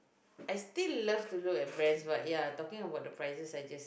I still love to do explain but ya talking about the prices suggest